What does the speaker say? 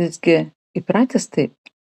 jis gi įpratęs taip